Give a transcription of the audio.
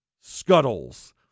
scuttles